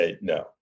no